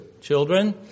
children